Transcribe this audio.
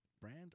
brand